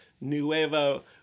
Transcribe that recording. Nuevo